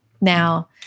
Now